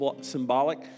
symbolic